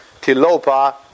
Tilopa